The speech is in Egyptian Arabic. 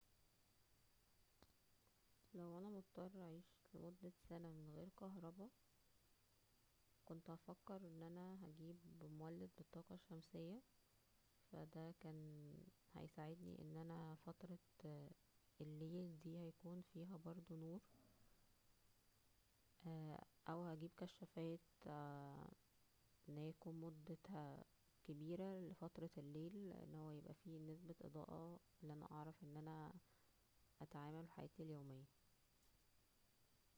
لو انا مضطرة اعيش لمدة سنة من غير كهربا, كنت هفكر ان انا اجيب مولد بالطاقة الشمسية, فا دا كان هيساعدنى ان انا فترة الليل دى هيكون فيها برده نور-اه او هجيب برده كاشافات ان هلا تكون مدتها كبيرة لفترة الليل اللى هو يكون فى نسبة اضاءة لان انا انى اعرف اتعامل فى حياتى اليومية